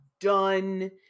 done